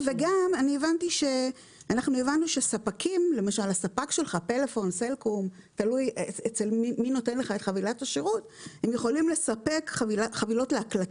הבנו שספקים כמו פלאפון וסלקום יכולים לספק חבילות להקלטה.